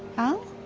al?